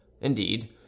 indeed